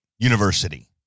University